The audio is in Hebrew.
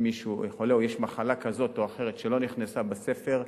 אם מישהו חולה או יש מחלה כזאת או אחרת שלא נכנסה לספר,